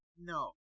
No